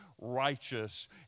righteous